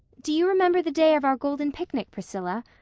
do you remember the day of our golden picnic, priscilla?